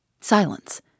Silence